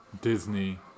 Disney